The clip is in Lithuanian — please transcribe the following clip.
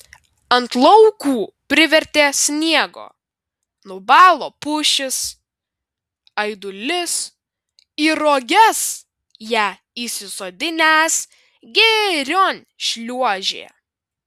ant laukų privertė sniego nubalo pušys aidulis į roges ją įsisodinęs girion šliuožė